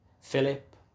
Philip